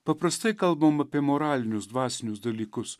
paprastai kalbam apie moralinius dvasinius dalykus